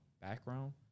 background